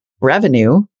revenue